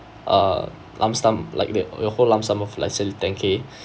uh lump sum like that your whole lump sum of let's say ten K